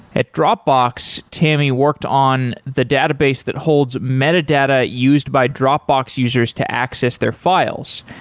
at dropbox, tammy worked on the database that holds metadata used by dropbox users to access their files,